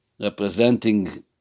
representing